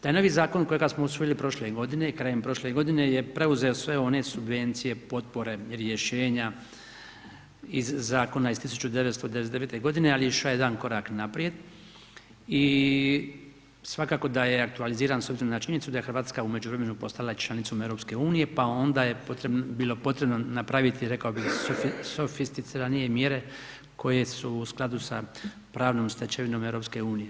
Taj novi zakon kojega smo usvojili prošle godine, krajem prošle godine je preuzeo sve one subvencije, potpore, rješenja iz zakona iz 1999.g., ali je išao jedan korak naprijed i svakako da je aktualiziran s obzirom na činjenicu da je RH u međuvremenu postala članicom EU, pa onda je bilo potrebno napraviti, rekao bi, sofisticiranije mjere koje su u skladu s pravnom stečevinom EU.